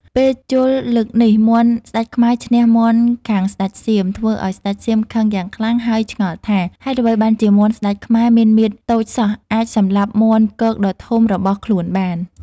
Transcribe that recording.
ពេលជល់លើកនេះមាន់ស្ដេចខ្មែរឈ្នះមាន់ខាងស្ដេចសៀម ធ្វើឲ្យស្ដេចសៀមខឹងយ៉ាងខ្លាំងហើយឆ្ងល់ថា ហេតុអ្វីបានជាមាន់ស្ដេចខ្មែរមានមាឌតូចសោះអាចសម្លាប់មាន់គកដ៏ធំរបស់ខ្លួនបាន។